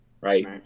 Right